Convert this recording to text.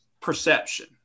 perception